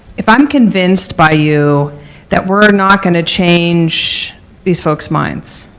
if i'm convinced by you that we're not going to change these folks' minds,